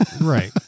Right